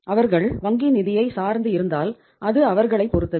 அவர்கள் வங்கி நிதியைச் சார்ந்து இருந்தால் அது அவர்களை பொறுத்தது